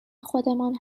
خودمان